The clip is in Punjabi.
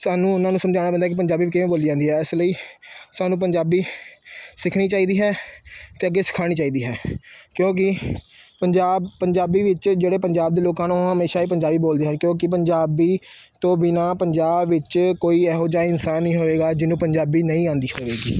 ਸਾਨੂੰ ਉਹਨਾਂ ਨੂੰ ਸਮਝਾਉਣਾ ਪੈਂਦਾ ਹੈ ਕਿ ਪੰਜਾਬੀ ਕਿਵੇਂ ਬੋਲੀ ਜਾਂਦੀ ਹੈ ਇਸ ਲਈ ਸਾਨੂੰ ਪੰਜਾਬੀ ਸਿੱਖਣੀ ਚਾਹੀਦੀ ਹੈ ਅਤੇ ਅੱਗੇ ਸਿਖਾਉਣੀ ਚਾਹੀਦੀ ਹੈ ਕਿਉਂਕਿ ਪੰਜਾਬ ਪੰਜਾਬੀ ਵਿੱਚ ਜਿਹੜੇ ਪੰਜਾਬ ਦੇ ਲੋਕਾਂ ਨੂੰ ਹਮੇਸ਼ਾ ਹੀ ਪੰਜਾਬੀ ਬੋਲਦੇ ਹਨ ਕਿਉਂਕਿ ਪੰਜਾਬੀ ਤੋਂ ਬਿਨਾ ਪੰਜਾਬ ਵਿੱਚ ਕੋਈ ਇਹੋ ਜਿਹਾ ਇਨਸਾਨ ਨਹੀਂ ਹੋਏਗਾ ਜਿਹਨੂੰ ਪੰਜਾਬੀ ਨਹੀਂ ਆਉਂਦੀ ਹੋਵੇਗੀ